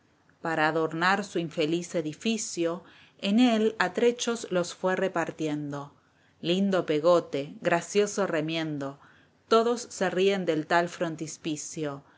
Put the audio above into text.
para adornar su infeliz edificio en él a trechos los fué repartiendo lindo pegote gracioso remiendo todos se ríen del tal